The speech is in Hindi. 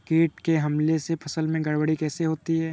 कीट के हमले से फसल में गड़बड़ी कैसे होती है?